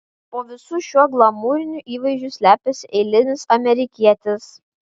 po visu šiuo glamūriniu įvaizdžiu slepiasi eilinis amerikietis